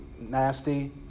nasty